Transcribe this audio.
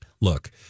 Look